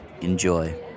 Enjoy